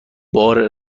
بار